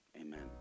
Amen